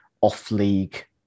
off-league